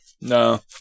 No